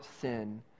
sin